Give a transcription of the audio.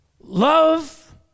Love